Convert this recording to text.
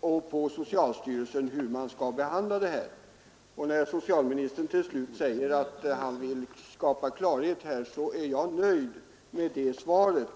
och på socialstyrelsen om hur man skall behandla dessa frågor. När socialministern till slut säger att han vill skapa klarhet är jag nöjd med det svaret.